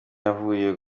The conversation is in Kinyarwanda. yavukiye